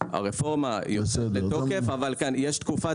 הרפורמה בתוקף אבל יש תקופת